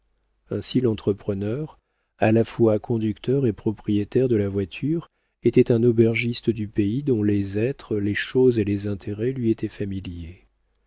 ainsi l'entrepreneur à la fois conducteur et propriétaire de la voiture était un aubergiste du pays dont les êtres les choses et les intérêts lui étaient familiers